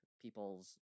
people's